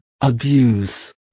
abuse